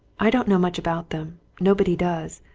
i don't know much about them. nobody does.